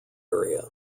area